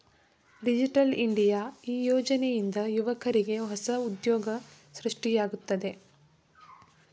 digital India ಈ ಯೋಜನೆಯಿಂದ ಯುವಕ್ರಿಗೆ ಹೊಸ ಉದ್ಯೋಗ ಸೃಷ್ಟಿಯಾಗುತ್ತಿದೆ